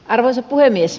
arvoisa puhemies